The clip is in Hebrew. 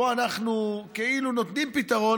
פה אנחנו כאילו נותנים פתרון,